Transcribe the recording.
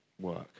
work